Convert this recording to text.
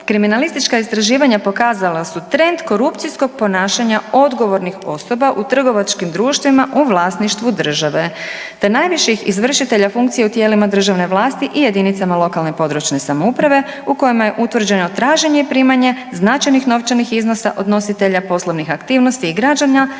„kriminalistička istraživanja pokazala su trend korupcijskog ponašanja odgovornih osoba u trgovačkim društvima u vlasništvu države te najviših izvršitelja funkcije u tijelima državna vlasti i jedinicama lokalne i područne samouprave u kojima je utvrđeno traženje i primanje značajnih novčanih iznosa od nositelja poslovnih aktivnosti i građana